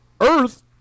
Earth